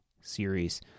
series